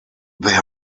there